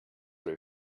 ray